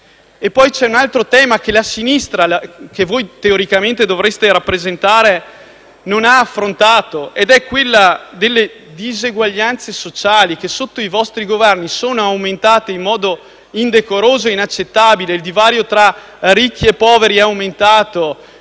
Poi c'è un altro tema che la sinistra - che voi teoricamente dovreste rappresentare - non ha affrontato ed è quello delle diseguaglianze sociali che sotto i vostri Governi sono aumentate in modo indecoroso e inaccettabile. Il divario tra ricchi e poveri è aumentato,